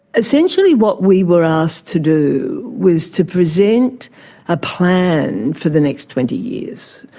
essentially what we were asked to do was to present a plan for the next twenty years.